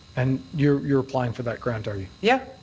and you're you're applying for that grant, are you? yeah.